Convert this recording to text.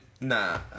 nah